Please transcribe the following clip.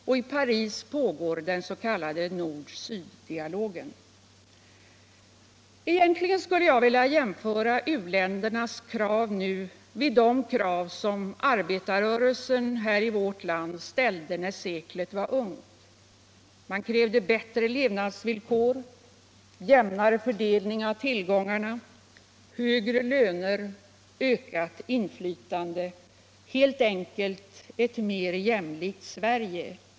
I Paris pågår den s.k. nordsyddialogen. Egentligen skulle jag vilja jämföra u-ländernas krav nu med de krav som arbetarrörelsen här i vårt land ställde när seklet var ungt. Man krävde bättre levnadsvillkor, jämnare fördelning av tillgångarna, högre löner, ökat inflytande — helt enkelt ett mer jämlikt Sverige.